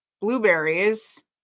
blueberries